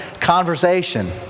conversation